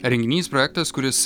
renginys projektas kuris